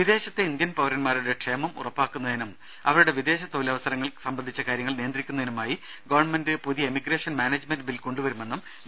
വിദേശത്തെ Indian പൌരന്മാരുടെ ക്ഷേമം ഉറപ്പാക്കുന്നതിനും അവരുടെ വിദേശ തൊഴിലവസരങ്ങൾ സംബന്ധിച്ച കാര്യങ്ങൾ നിയന്ത്രിക്കുന്നതിനുമായി ഗവൺമെന്റ് പുതിയ എമിഗ്രേഷൻ മാനേജ്മെന്റ് ബിൽ കൊണ്ടുവരുമെന്ന് വി